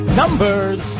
numbers